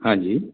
ਹਾਂਜੀ